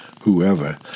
whoever